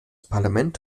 parlament